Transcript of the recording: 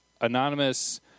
anonymous